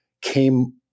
came